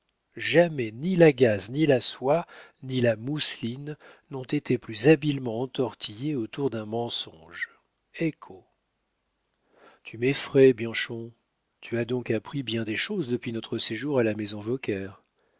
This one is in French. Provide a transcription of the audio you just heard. jamais ni la gaze ni la soie ni la mousseline n'ont été plus habilement entortillées autour d'un mensonge ecco tu m'effraies bianchon tu as donc appris bien des choses depuis notre séjour à la maison vauquer oui